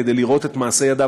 כדי לראות את מעשה ידיו,